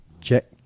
Check